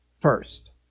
first